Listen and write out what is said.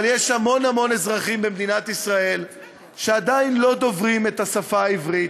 אבל יש המון אזרחים במדינת ישראל שעדיין לא דוברים את השפה העברית,